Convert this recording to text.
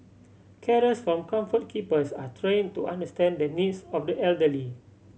carers from Comfort Keepers are train to understand the needs of the elderly